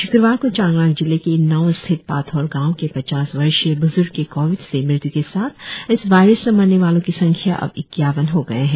शुक्रवार को चांगलांग जिले के इन्नाओ स्थित पाथोर गाव के पचास वर्षीय ब्र्ज़ग के कोविड से मृत्य के साथ इस वायरस से मरने वालों की संख्या अब इक्यावन हो गए है